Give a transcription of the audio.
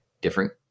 different